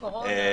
קורונה...